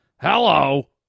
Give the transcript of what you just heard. hello